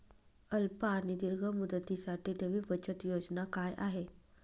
अल्प आणि दीर्घ मुदतीसाठी नवी बचत योजना काय आहे?